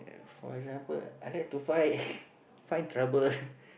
for example I like to fight find trouble